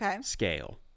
scale